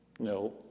No